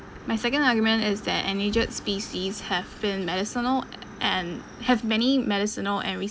my second argument is that endangered species have been medicinal and have many medicinal and